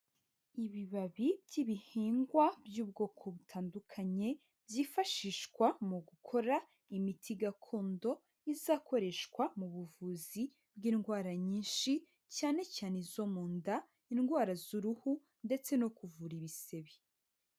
Ibibabi by'ibihingwa by'ubwoko butandukanye, byifashishwa mu gukora imiti gakondo, izakoreshwa mu buvuzi bw'indwara nyinshi, cyane cyane izo mu nda, indwara z'uruhu, ndetse no kuvura ibisebe.